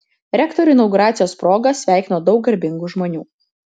rektorių inauguracijos proga sveikino daug garbingų žmonių